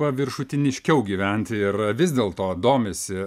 paviršutiniškiau gyventi ir vis dėl to domisi